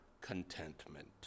contentment